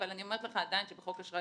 אבל אני אומרת לך עדיין שבחוק אשראי